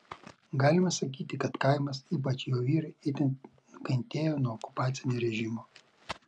galima sakyti kad kaimas ypač jo vyrai itin nukentėjo nuo okupacinio režimo